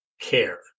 care